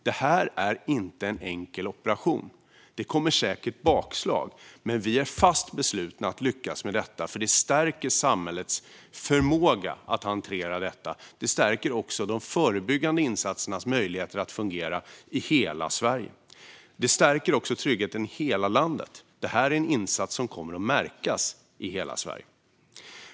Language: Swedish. Detta är inte en enkel operation; det kommer säkert bakslag. Men vi är fast beslutna att lyckas, för det stärker samhällets förmåga att hantera detta, liksom möjligheterna för de förebyggande insatserna att fungera i hela Sverige. Det stärker också tryggheten i hela landet. Detta är en insats som kommer att märkas i hela Sverige.